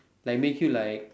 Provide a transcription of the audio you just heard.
like make you like